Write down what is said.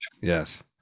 yes